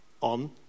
on